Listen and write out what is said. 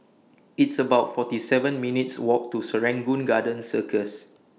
It's about forty seven minutes' Walk to Serangoon Garden Circus